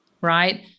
right